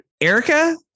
erica